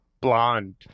Blonde